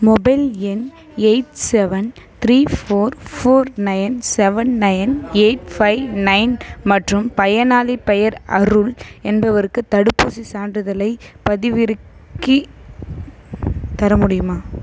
mobile எண் eight seven three four four nine seven nine eight five nine மற்றும் பயனாளிப் பெயர் அருள் என்பவருக்கு தடுப்பூசி சான்றிதழை பதிவிறக்கித் தர முடியுமா